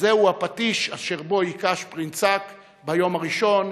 וזהו הפטיש אשר בו הכה שפרינצק ביום הראשון,